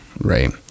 right